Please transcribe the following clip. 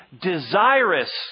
desirous